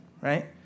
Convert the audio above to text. right